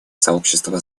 сообщество